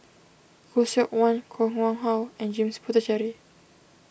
Khoo Seok Wan Koh Nguang How and James Puthucheary